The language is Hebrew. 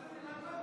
אבל זה מ-2013.